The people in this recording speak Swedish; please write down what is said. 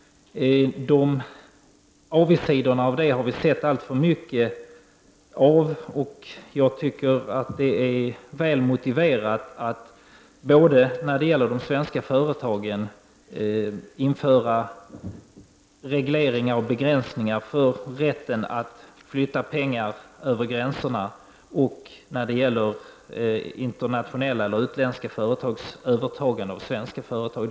Avigsidorna av det har vi sett alltför mycket av, och jag tycker att det är väl motiverat att införa regleringar och begränsningar både av svenska företags rätt att flytta pengar Över gränserna och när det gäller internationella eller utländska företags övertagande av svenska företag.